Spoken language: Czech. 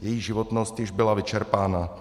Její životnost již byla vyčerpána.